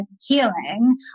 healing